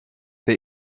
der